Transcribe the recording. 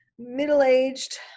middle-aged